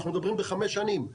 אנחנו מדברים בחמש שנים.